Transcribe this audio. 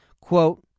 Quote